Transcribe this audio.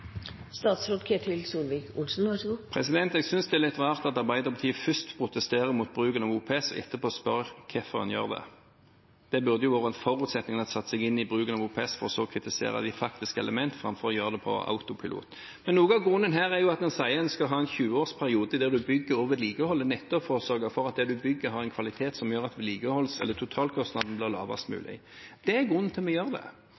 Jeg synes det er litt rart at Arbeiderpartiet først protesterer mot bruken av OPS og etterpå spør hvorfor en bruker det. Det burde vært en forutsetning at en satte seg inn i bruken av OPS, for så å kritisere de faktiske elementene, framfor å gjøre det på autopilot. Noe av grunnen her er at en sier at en skal ha en 20-årsperiode der en bygger og vedlikeholder nettopp for å sørge for at det en bygger, har en kvalitet som gjør at vedlikeholds- eller totalkostnadene blir lavest mulig. Det er grunnen til at vi gjør det.